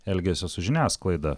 elgesio su žiniasklaida